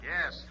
Yes